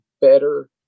better